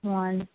one